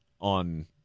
on